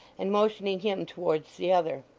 and motioning him towards the other.